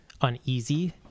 uneasy